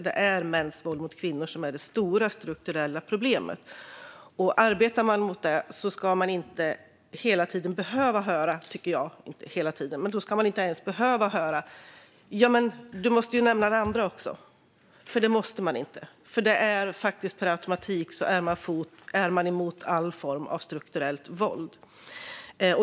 Det är mäns våld mot kvinnor som är det stora strukturella problemet, och arbetar man mot det tycker jag inte att man ska behöva höra att man måste nämna annat också. Det måste man nämligen inte. Man är per automatik emot alla former av strukturellt våld.